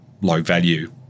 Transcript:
low-value